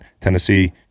Tennessee